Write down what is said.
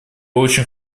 очень